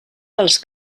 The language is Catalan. dels